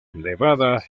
nevada